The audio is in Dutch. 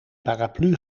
paraplu